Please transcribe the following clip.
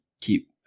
keep